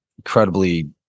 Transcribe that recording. incredibly